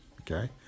okay